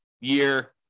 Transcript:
year